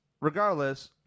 regardless